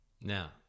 Now